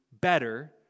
better